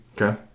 Okay